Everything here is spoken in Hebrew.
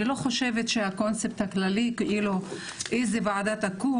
אני לא חושבת שהקונספט הכללי איזה וועדה תקום,